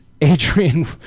Adrian